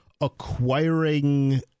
acquiring